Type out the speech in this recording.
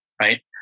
right